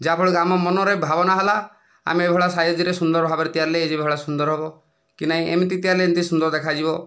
ଯାହା ଫଳରେକି ଆମ ମନରେ ଭାବନା ହେଲା ଆମେ ଏ ଭଳିଆ ସାଇଜ୍ରେ ସୁନ୍ଦର ଭାବରେ ତିଆରିଲେ ଏଇ ଭଳିଆ ସୁନ୍ଦର ହେବ କି ନାହିଁ ଏମିତି ତିଆରିଲେ ଏମିତି ସୁନ୍ଦର ଦେଖାଯିବ